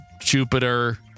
Jupiter